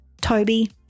Toby